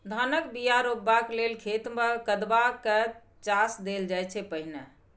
धानक बीया रोपबाक लेल खेत मे कदबा कए चास देल जाइ छै पहिने